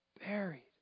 buried